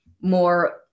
more